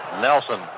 Nelson